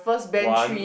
one